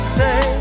say